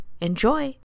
Enjoy